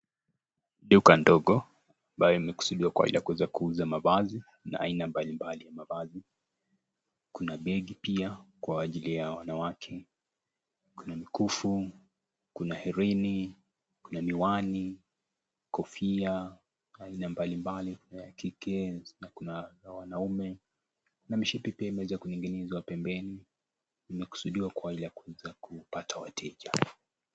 Duka ndogo ambayo inakusudiwa kuwa ya kuuza mavazi na aina mbalimbali ya mavazi. Kuna begi pia kwa ajili ya wanawake. Kuna mikufu, kuna herini, kuna miwani, kofia aina mbalimbali. Kuna ya kike na kuna za wanaume na mishipi pia imeweza kuning'inizwa pembeni, imekusudiwa kwa hali ya kuweza kupata wateja.